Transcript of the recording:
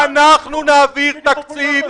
אנחנו נעביר תקציב,